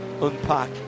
unpack